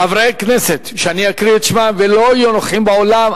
חברי כנסת שאני אקרא בשמם ולא יהיו נוכחים באולם,